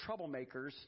troublemakers